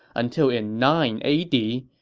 until in nine a d,